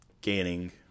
gaining